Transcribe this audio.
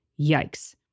Yikes